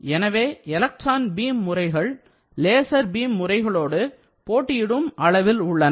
எனவே electron beam முறைகள் laser beam முறைகளோடு போட்டியிடும் அளவில் உள்ளன